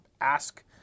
ask